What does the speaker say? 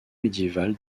médiéval